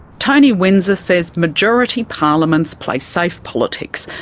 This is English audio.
tony windsor says majority parliaments play safe politics,